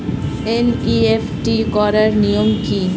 NEFT করার নিয়ম কী?